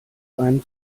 einen